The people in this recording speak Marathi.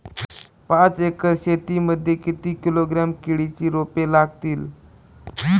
पाच एकर शेती मध्ये किती किलोग्रॅम केळीची रोपे लागतील?